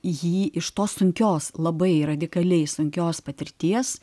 jį iš tos sunkios labai radikaliai sunkios patirties